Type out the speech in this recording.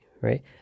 right